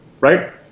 right